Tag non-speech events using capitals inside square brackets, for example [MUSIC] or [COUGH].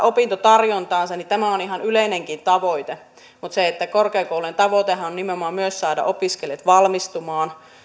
[UNINTELLIGIBLE] opintotarjontaansa on ihan yleinenkin tavoite mutta korkeakoulujen tavoitehan on nimenomaan myös saada opiskelijat valmistumaan